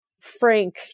Frank